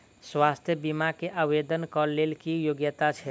स्वास्थ्य बीमा केँ आवेदन कऽ लेल की योग्यता छै?